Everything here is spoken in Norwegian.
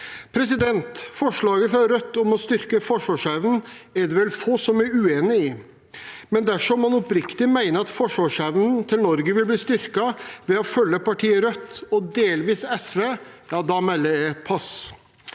forsvarsevne. Forslaget fra Rødt om å styrke forsvarsevnen er det vel få som er uenig i, men dersom man oppriktig mener at forsvarsevnen til Norge vil bli styrket ved å følge partiet Rødt og delvis SV, melder jeg pass.